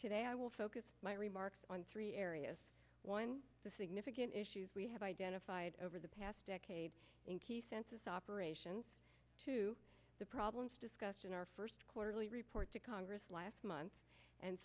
today i will focus my remarks on three areas one the significant issues we have identified over the past decade census operations to the problems discussed in our first quarterly report to congress last month and